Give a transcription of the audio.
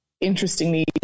interestingly